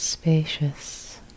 Spacious